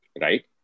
right